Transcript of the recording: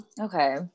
Okay